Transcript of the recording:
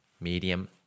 medium